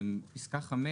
פסקה (5),